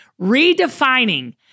Redefining